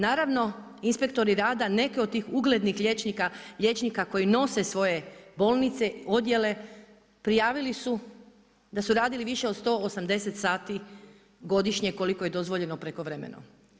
Naravno, inspektori rada neke od tih uglednih liječnika, liječnika koji nose svoje bolnice, odjele, prijavili su da su radili više od 180 sati godišnje koliko je dozvoljeno prekovremeno.